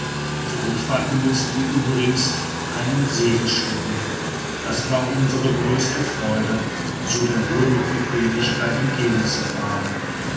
zur rückfahrt benutzten wir übrigens einen segelschlitten das war unsre größte freude so der ruhe mit bequemlichkeit